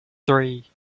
three